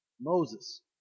Moses